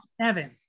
seven